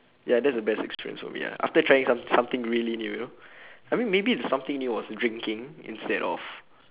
ya that's the best experience for me ah after trying some~ something really new you know I mean maybe if something new was drinking instead of